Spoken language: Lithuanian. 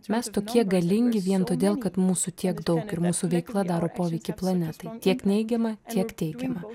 mes tokie galingi vien todėl kad mūsų tiek daug ir mūsų veikla daro poveikį planetai tiek neigiamą tiek teigiamą